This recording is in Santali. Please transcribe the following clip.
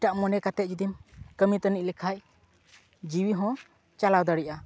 ᱮᱴᱟᱜ ᱢᱚᱱᱮ ᱠᱟᱛᱮ ᱡᱩᱫᱤᱢ ᱠᱟᱹᱢᱤ ᱛᱟᱹᱱᱤᱡ ᱞᱮᱠᱷᱟᱱ ᱡᱤᱣᱤᱦᱚᱸ ᱪᱟᱞᱟᱣ ᱫᱟᱲᱮᱭᱟᱜᱼᱟ